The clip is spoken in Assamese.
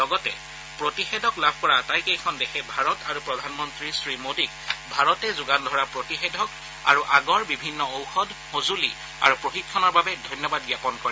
লগতে প্ৰতিষেধক লাভ কৰা আটাইকেইখন দেশে ভাৰত আৰু প্ৰধানমন্ত্ৰী শ্ৰীমোডীক ভাৰতে যোগান ধৰা প্ৰতিষেধক আৰু আগৰ বিভিন্ন ঔষধ সঁজূলি আৰু প্ৰশিক্ষণৰ বাবে ধন্যবাদ জাপন কৰে